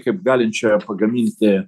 kaip galinčią pagaminti